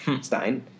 Stein